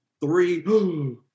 three